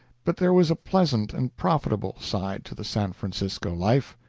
but there was a pleasant and profitable side to the san francisco life.